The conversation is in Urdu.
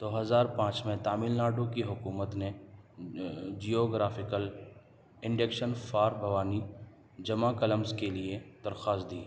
دو ہزار پانچ میں تامل ناڈو کی حکومت نے geographical indication for Bhavani jamakkalams کے لیے درخواست دی